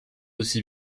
aussi